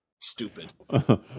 Stupid